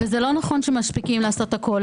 וזה לא נכון שמספיקים לעשות הכול.